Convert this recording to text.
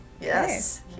Yes